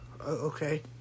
okay